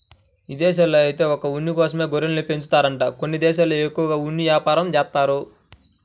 ఇదేశాల్లో ఐతే ఒక్క ఉన్ని కోసమే గొర్రెల్ని పెంచుతారంట కొన్ని దేశాల్లో ఎక్కువగా ఉన్ని యాపారం జేత్తారు